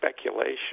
speculation